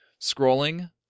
Scrolling